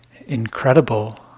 incredible